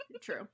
True